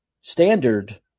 standard